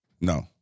No